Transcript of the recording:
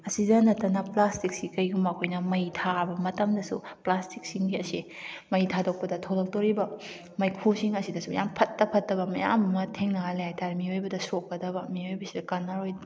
ꯑꯁꯤꯗ ꯅꯠꯇꯅ ꯄ꯭ꯂꯥꯁꯇꯤꯛꯁꯤ ꯀꯔꯤꯒꯨꯝꯕ ꯑꯩꯈꯣꯏꯅ ꯃꯩ ꯊꯥꯕ ꯃꯇꯝꯗꯁꯨ ꯄ꯭ꯂꯥꯁꯇꯤꯛꯁꯤꯡ ꯑꯁꯦ ꯃꯩ ꯊꯥꯗꯣꯛꯄꯗ ꯊꯣꯛꯂꯛꯇꯣꯔꯤꯕ ꯃꯩꯈꯨꯁꯤꯡ ꯑꯁꯤꯗꯁꯨ ꯌꯥꯝ ꯐꯠꯇ ꯐꯠꯇꯕ ꯃꯌꯥꯝ ꯑꯃ ꯊꯦꯡꯅꯍꯜꯂꯦ ꯍꯥꯏꯇꯔꯦ ꯃꯤꯑꯣꯏꯕꯗ ꯁꯣꯛꯀꯗꯕ ꯃꯤꯑꯣꯏꯕꯁꯤꯗ ꯀꯥꯟꯅꯔꯣꯏ